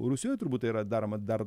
rusijo turbūt tai yra daroma dar